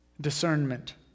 discernment